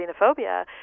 xenophobia